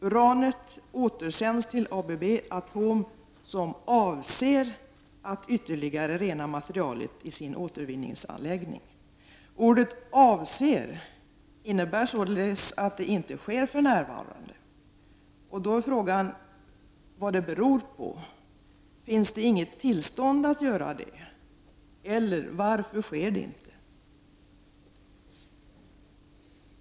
Uranet återsändes till ABB Atom, som avser att ytterligare rena materialet i sin återvinningsanläggning. Ordet ”avser” innebär således att det inte sker för närvarande. Finns det inget tillstånd att göra detta, eller varför sker inte det?